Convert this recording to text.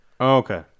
Okay